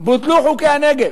בוטלו חוקי הנגב